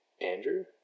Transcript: Andrew